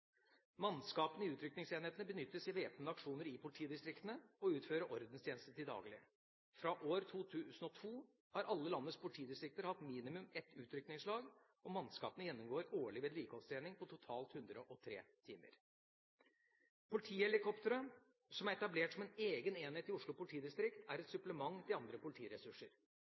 Mannskapene i utrykningsenhetene benyttes i væpnede aksjoner i politidistriktene og utfører ordenstjeneste til daglig. Fra år 2002 har alle landets politidistrikter hatt minimum ett utrykningslag. Mannskapene gjennomgår årlig vedlikeholdstrening på totalt 103 timer. Politihelikopteret, som er etablert som en egen enhet i Oslo politidistrikt, er et supplement til andre politiressurser.